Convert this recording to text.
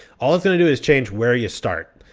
all it's going to do is change where you start.